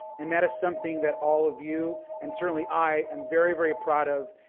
and that is something that all of you and certainly, i am very very proud of,